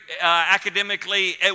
academically